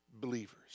believers